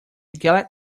gallant